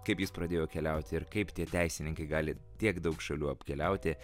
kaip jis pradėjo keliaut ir kaip tie teisininkai gali tiek daug šalių apkeliauti